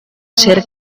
ser